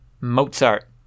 Mozart